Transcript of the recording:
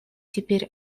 теперь